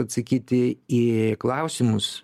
atsakyti į klausimus